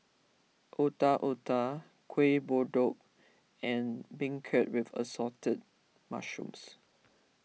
Otak Otak Kuih Kodok and Beancurd with Assorted Mushrooms